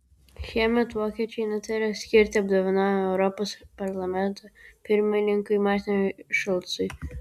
šiemet vokiečiai nutarė skirti apdovanojimą europos parlamento pirmininkui martinui šulcui